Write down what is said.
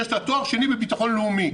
יש לה תואר שני בביטחון לאומי,